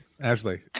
Ashley